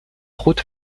route